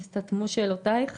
נסתתמו שאלותייך?